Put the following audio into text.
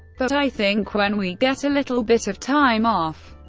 but i think when we get a little bit of time off,